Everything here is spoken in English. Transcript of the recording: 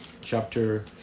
chapter